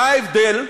מה ההבדל?